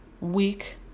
week